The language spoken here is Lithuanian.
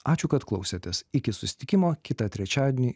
ačiū kad klausėtės iki susitikimo kitą trečiadienį